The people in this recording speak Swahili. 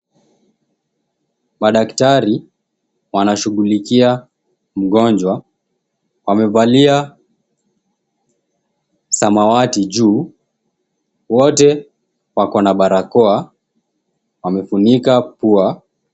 Madaktari wanashughulikia mgonjwa, wamevalia samawati juu, wote wakona barakoa, wamefunika pua.